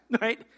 right